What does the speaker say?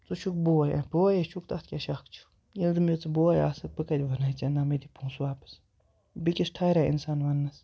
ژٕ چھُکھ بوے بوے چھُکھ تَتھ کیٛاہ شک چھُ ییٚلہِ نہٕ مےٚ ژٕ بے آسکھ بہٕ کَتہِ وَنہے ژے نَہ مےٚ دِ پونٛسہٕ واپَس بیٚکِس ٹھایرا اِنسان ونٛنس